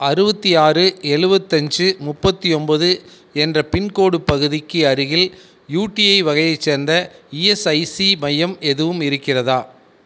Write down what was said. அறுபத்தி ஆறு ஏழுபத்தஞ்சு முப்பத்து ஒன்பது என்ற பின்கோட் பகுதிக்கு அருகில் யுடிஐ வகையைச் சேர்ந்த இஎஸ்ஐசி மையம் எதுவும் இருக்கிறதா